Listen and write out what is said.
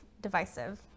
divisive